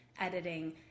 editing